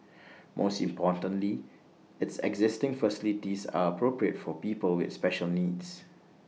most importantly its existing facilities are appropriate for people with special needs